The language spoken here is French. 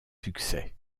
succès